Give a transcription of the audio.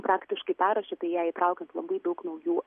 praktiškai perrašyta į ją įtraukiant labai daug naujų